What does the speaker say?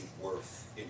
worth